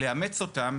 לאמץ אותם,